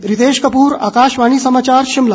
रितेश कपूर आकाशवाणी समाचार शिमला